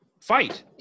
fight